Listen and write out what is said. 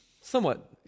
Somewhat